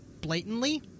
blatantly